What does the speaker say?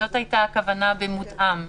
זאת הייתה הכוונה ב"מותאם".